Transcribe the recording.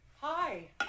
hi